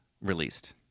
released